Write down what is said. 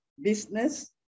Business